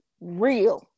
real